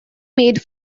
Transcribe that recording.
made